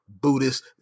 Buddhist